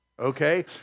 okay